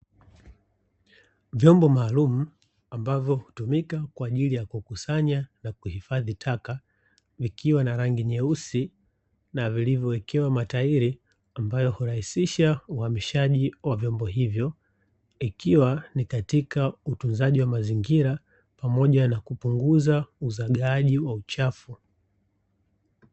Vyombo maalumu ambavyo hutumika kwa ajili ya kukusanya na kuhifadhi taka, vikiwa na rangi nyeusi na vilivyowekewa matairi ambayo hurahisisha uhamishaji wa vyombo hivyo; ikiwa ni katika utunzaji wa mazingira, pamoja kupunguza uzagaaji wa uchafu.